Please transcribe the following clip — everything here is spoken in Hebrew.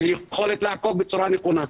של יכולת לעקוב בצורה נכונה,